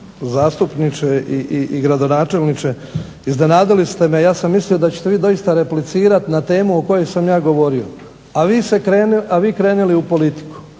zastupniče i gradonačelniče iznenadili ste me. Ja sam mislio da ćete vi doista replicirati na temu o kojoj sam ja govorio, a vi krenuli u politiku,